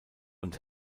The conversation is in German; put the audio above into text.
und